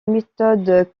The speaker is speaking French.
méthode